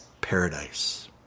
paradise